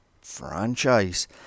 franchise